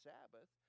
Sabbath